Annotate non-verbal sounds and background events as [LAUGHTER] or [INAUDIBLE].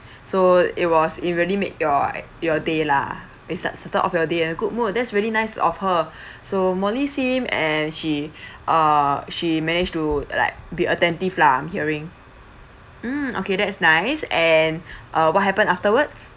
so it was it really made your your day lah it start started off your day in a good mood that's really nice of her [BREATH] so molly sim and she [BREATH] err she managed to like be attentive lah I'm hearing mm okay that's nice and [BREATH] uh what happened afterwards